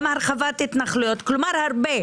גם הרחבת התנחלויות כלומר הרבה.